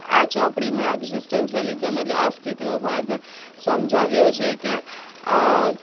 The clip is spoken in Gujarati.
આ ચોપડીમાં એક્સઝીસ્ટાલિઝમ એટલે અસ્તિત્વવાદ સમજાવ્યો છે કે